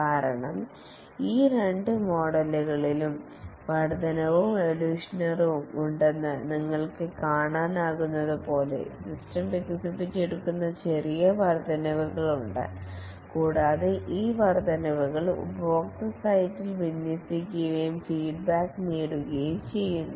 കാരണം ഈ രണ്ട് മോഡലുകളിലും വർദ്ധനവും എവൊല്യൂഷനറിവും ഉണ്ടെന്ന് നിങ്ങൾക്ക് കാണാനാകുന്നതുപോലെ സിസ്റ്റം വികസിപ്പിച്ചെടുക്കുന്ന ചെറിയ വർദ്ധനവ്കളുണ്ട് കൂടാതെ ഈ വർദ്ധനവുകൾ ഉപഭോക്തൃ സൈറ്റിൽ വിന്യസിക്കുകയും ഫീഡ്ബാക്ക് നേടുകയും ചെയ്യുന്നു